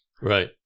Right